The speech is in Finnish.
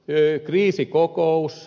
kriisikokous